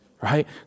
right